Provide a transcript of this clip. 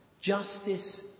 justice